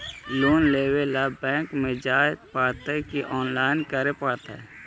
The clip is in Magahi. लोन लेवे ल बैंक में जाय पड़तै कि औनलाइन करे पड़तै?